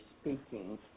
speaking